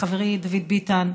לחברי דוד ביטן,